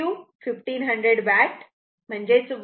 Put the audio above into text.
आणि Q 1500 watt 1